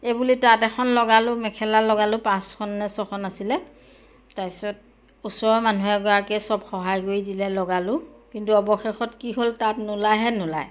এই বুলি তাত এখন লগালোঁ মেখেলা লগালোঁ পাঁচখননে ছখন আছিলে তাৰপিছত ওচৰৰ মানুহ এগৰাকীয়ে চব সহায় কৰি দিলে লগালোঁ কিন্তু অৱশেষত কি হ'ল তাত নোলায়হে নোলায়